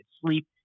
sleep